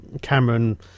Cameron